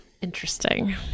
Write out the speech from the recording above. Interesting